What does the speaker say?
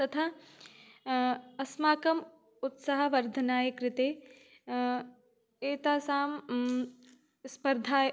तथा अस्माकम् उत्साहवर्धनस्य कृते एतासां स्पर्धा